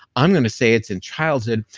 i'm going to say it's in childhood.